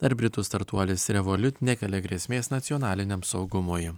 ar britų startuolis revolut nekelia grėsmės nacionaliniam saugumui